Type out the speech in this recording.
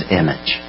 image